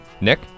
Nick